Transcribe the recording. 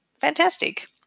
Fantastic